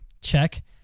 Check